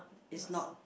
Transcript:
is not